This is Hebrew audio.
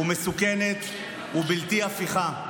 מסוכנת ובלתי הפיכה.